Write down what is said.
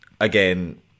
Again